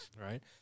Right